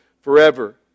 forever